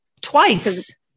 twice